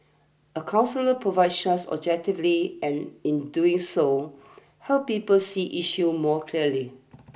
a counsellor provides such objectively and in doing so helps people see issues more clearly